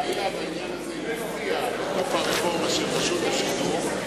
והיה והעניין הזה יופיע ברפורמה של רשות השידור,